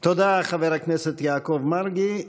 תודה, חבר הכנסת יעקב מרגי.